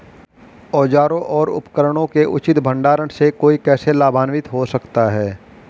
औजारों और उपकरणों के उचित भंडारण से कोई कैसे लाभान्वित हो सकता है?